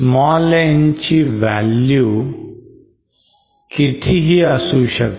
n' ची value कितीही असू शकते